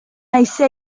haizea